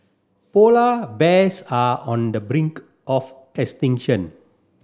polar bears are on the brink of extinction